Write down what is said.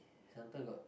sometime got